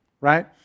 right